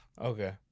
Okay